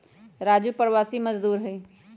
राजू प्रवासी मजदूर हई